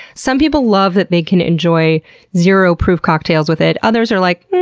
some people love that they can enjoy zero-proof cocktails with it. others are like,